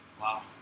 Wow